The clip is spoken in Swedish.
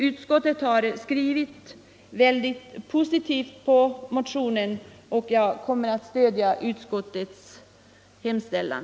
Utskottet har en positiv skrivning med anledning av motionen, och jag kommer att stödja utskottets hemställan.